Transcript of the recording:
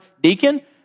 deacon